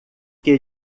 que